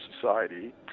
society